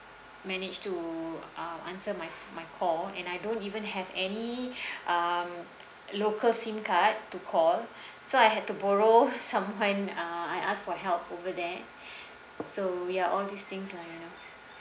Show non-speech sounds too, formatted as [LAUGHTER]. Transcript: manage to uh answer my my call and I don't even have any [BREATH] um [NOISE] local sim card to call so I had to borrow [LAUGHS] someone uh I ask for help over there [BREATH] so ya all these things lah you know